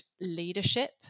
leadership